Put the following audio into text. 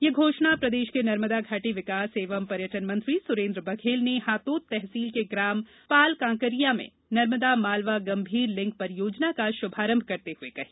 ये घोषणा प्रदेष के नर्मदा घाटी विकास एवं पर्यटन मंत्री सुरेन्द्र बघेल ने हातोद तहसील के ग्राम पाल कांकरिया में नर्मदा मालवा गंभीर लिंक परियोजना का षुभारंभ करते हुए कही